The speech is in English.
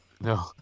No